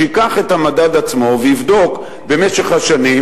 שייקח את המדד עצמו ויבדוק במשך השנים